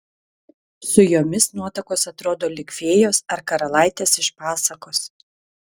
su jomis nuotakos atrodo lyg fėjos ar karalaitės iš pasakos